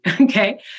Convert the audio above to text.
Okay